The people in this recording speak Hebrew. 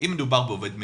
אם מדובר בעובד מדינה,